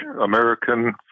American